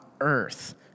earth